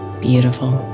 beautiful